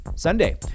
Sunday